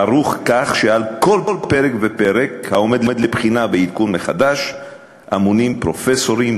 ערוך כך שעל כל פרק ופרק העומד לבחינה ועדכון מחדש אמונים פרופסורים,